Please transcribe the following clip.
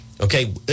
okay